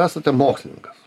esate mokslininkas